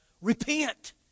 Repent